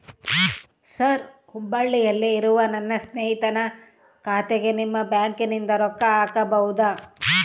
Sir ಹುಬ್ಬಳ್ಳಿಯಲ್ಲಿ ಇರುವ ನನ್ನ ಸ್ನೇಹಿತನ ಖಾತೆಗೆ ನಿಮ್ಮ ಬ್ಯಾಂಕಿನಿಂದ ರೊಕ್ಕ ಹಾಕಬಹುದಾ?